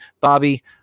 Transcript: Bobby